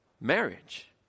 marriage